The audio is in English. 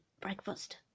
breakfast